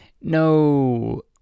No